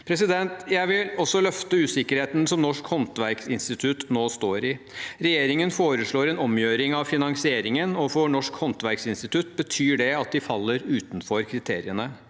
glemme. Jeg vil løfte usikkerheten som Norsk håndverksinstitutt nå står i. Regjeringen foreslår en omgjøring av finansieringen, og for Norsk håndverksinstitutt betyr dette at de faller utenfor kriteriene.